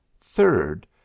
third